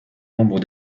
nombre